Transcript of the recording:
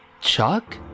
Chuck